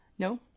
No